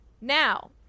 Now